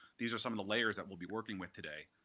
these are some of the layers that we'll be working with today.